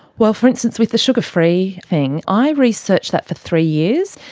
well, for instance, with the sugar-free thing, i researched that for three years.